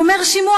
והוא אומר: שמעו,